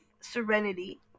serenity